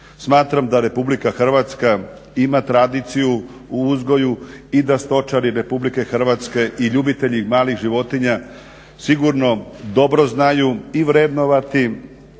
Smatra da RH ima tradiciju u uzgoju i da stočari RH i ljubitelji malih životinja sigurno dobro znaju i vrednovati